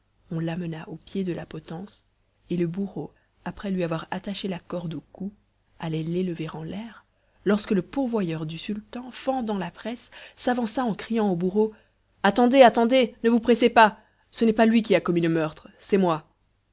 on l'amena au pied de la potence et le bourreau après lui avoir attaché la corde au cou allait l'élever en l'air lorsque le pourvoyeur du sultan fendant la presse s'avança en criant au bourreau attendez attendez ne vous pressez pas ce n'est pas lui qui a commis le meurtre c'est moi